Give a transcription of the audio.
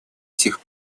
сих